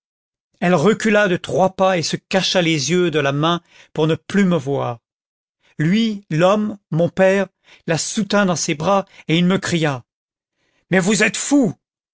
elle recula de trois pas et se cacha les yeux de la main pour ne plus me voir lui l'homme mon père la soutint dans ses bras et il me cria mais vous êtes fou